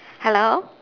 hello